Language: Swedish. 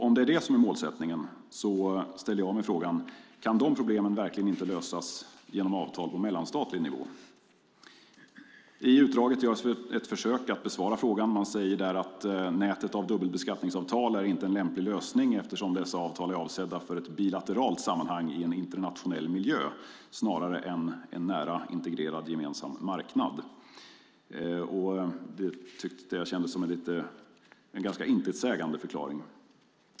Om det är detta som är målsättningen ställer jag mig frågan: Kan de problemen verkligen inte lösas genom avtal på mellanstatlig nivå? I utdraget görs ett försök att besvara den frågan. Man säger där att "nätet av dubbelbeskattningsavtal är inte en lämplig lösning eftersom dessa avtal är avsedda för ett bilateralt sammanhang i en internationell miljö, snarare än en nära integrerad gemensam marknad". Det känns som en ganska intetsägande förklaring.